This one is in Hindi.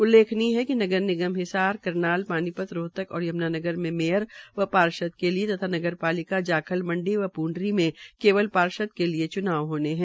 उल्लेखनीय है कि नगर निगम हिसार करनाल पानीपत रोहतक और यम्नानगर में मेयर व पार्षद के लिए लिए तथा नगरपालिका जाखल मंडी व प्ंडरी में केवल पार्षद के लिए च्नाव होने है